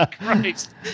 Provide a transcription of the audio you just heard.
Christ